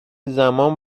زمان